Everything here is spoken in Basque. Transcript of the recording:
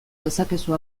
dezakezu